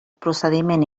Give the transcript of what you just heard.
procediment